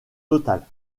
totale